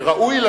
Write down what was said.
וראוי לה,